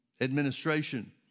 administration